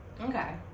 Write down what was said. Okay